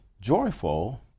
joyful